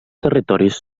territoris